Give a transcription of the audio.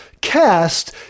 cast